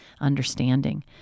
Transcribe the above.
understanding